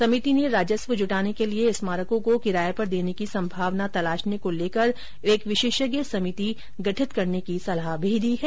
समिति ने राजस्व जुटाने के लिए स्मारकों को किराये पर देने की संभावना तलाशने को लेकर एक विशेषज्ञ समिति गठित करने की सलाह भी दी है